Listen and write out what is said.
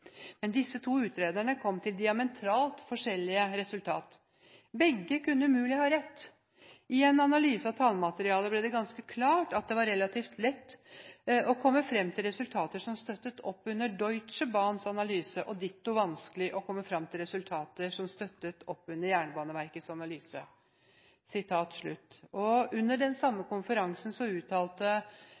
men de to utrederne kom frem til diametralt forskjellig resultat. Begge kunne umulig ha rett. I en analyse av tallmaterialet ble det ganske klart at det var relativt lett å komme frem til resultater som støttet opp under Deutsche Bahns analyse, og ditto vanskelig å komme frem til resultater som støttet opp under Jernbaneverkets analyse.» Under den samme konferansen uttalte representanten Langeland at han opplevde så